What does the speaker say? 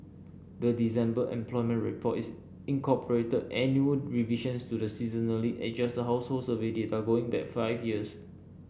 the December employment report is incorporated annual revisions to the seasonally adjusted household survey data going back five years